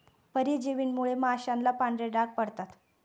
परजीवींमुळे माशांना पांढरे डाग पडतात